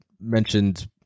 mentioned